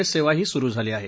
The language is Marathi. एस सेवाही सुरू झाली आहे